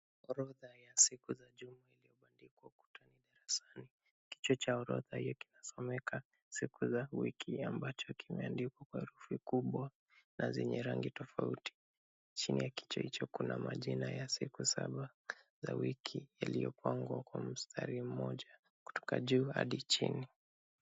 Orodha ya siku za juma limeanikwa ukutani darasani. Kichwa cha orodha hii kinasomeka siku za wiki ambacho kimeandikwa kwa herufi kubwa na zenye rangi tofauti. Chini ya kichwa hicho kuna majina ya siku saba za wiki yaliyopangwa kwa mstari mmoja kutoka juu hadi chini.